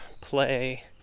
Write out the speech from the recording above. play